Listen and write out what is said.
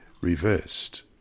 reversed